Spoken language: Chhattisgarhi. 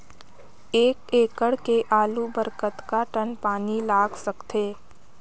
एक एकड़ के आलू बर कतका टन पानी लाग सकथे?